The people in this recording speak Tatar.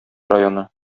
районы